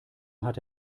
hatte